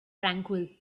tranquil